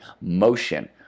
Motion